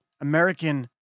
American